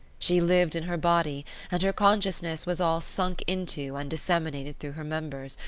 she lived in her body and her consciousness was all sunk into and disseminated through her members,